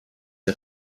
der